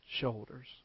shoulders